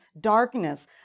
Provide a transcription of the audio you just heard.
darkness